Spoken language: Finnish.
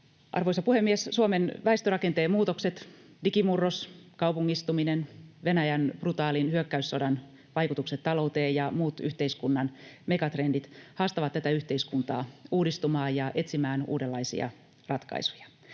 Arvoisa puhemies! Suomen väestörakenteen muutokset, digimurros, kaupungistuminen, Venäjän brutaalin hyökkäyssodan vaikutukset talouteen ja muut yhteiskunnan mega-trendit haastavat tätä yhteiskuntaa uudistumaan ja etsimään uudenlaisia ratkaisuja.